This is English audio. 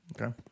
Okay